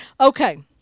okay